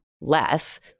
less